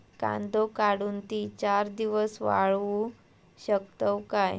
कांदो काढुन ती चार दिवस वाळऊ शकतव काय?